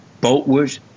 Boltwood